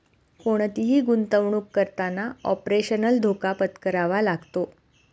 कोणतीही गुंतवणुक करताना ऑपरेशनल धोका पत्करावा लागतो